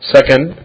Second